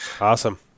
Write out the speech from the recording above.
Awesome